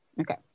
Okay